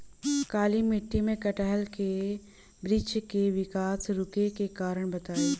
काली मिट्टी में कटहल के बृच्छ के विकास रुके के कारण बताई?